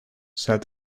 said